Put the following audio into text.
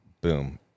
boom